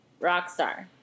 Rockstar